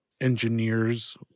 engineer's